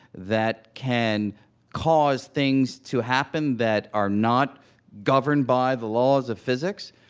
that can cause things to happen that are not governed by the laws of physics,